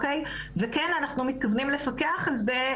אנחנו כן מתכוונים לפקח על זה.